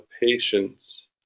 patience